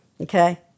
okay